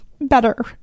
better